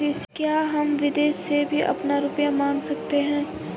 क्या हम विदेश से भी अपना रुपया मंगा सकते हैं?